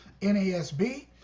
NASB